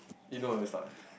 you know it's not